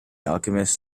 alchemist